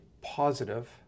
positive